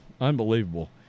unbelievable